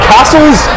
Castles